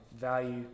value